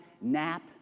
nap